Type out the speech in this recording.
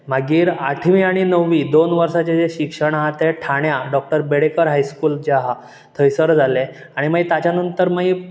मागीर आठवी आनी णव्वी दोन वर्साचें जें शिक्षण हा तें ठाण्या डॉ बेडेकर हाय स्कूल जें आहा थंयसर जालें आनी मागीर ताच्या नंतर मागीर